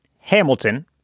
Hamilton